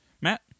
Matt